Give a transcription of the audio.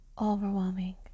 overwhelming